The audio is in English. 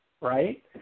right